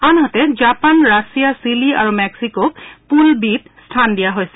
আনহাতে Japan Russia Chile আৰু মেক্সিকোক পুল বি ত স্থান দিয়া হৈছে